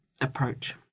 approach